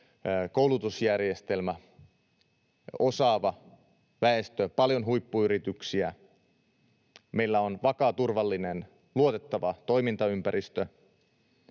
koulutusjärjestelmä, osaava väestö, paljon huippuyrityksiä. Meillä on vakaa, turvallinen, luotettava toimintaympäristö.